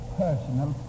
personal